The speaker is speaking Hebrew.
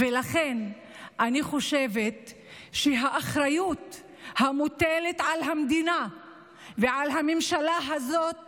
ולכן אני חושבת שהאחריות המוטלת על המדינה ועל הממשלה הזאת